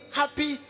happy